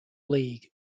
league